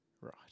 Right